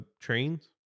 trains